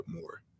more